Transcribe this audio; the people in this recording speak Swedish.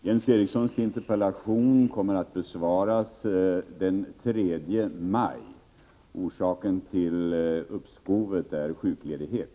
Fru talman! Jens Erikssons interpellation kommer att besvaras den 3 maj. Orsaken till uppskovet är sjukledighet.